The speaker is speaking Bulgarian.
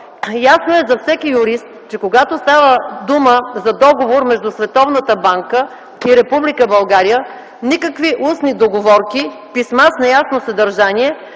Ясно е за всеки юрист, че когато става дума за договор между Световната банка и Република България, никакви устни договорки, писма с неясно съдържание